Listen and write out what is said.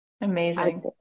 Amazing